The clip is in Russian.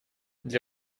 для